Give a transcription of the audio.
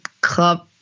club